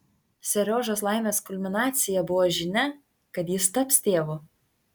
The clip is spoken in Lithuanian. seriožos laimės kulminacija buvo žinia kad jis taps tėvu